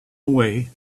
way